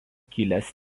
kilęs